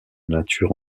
nature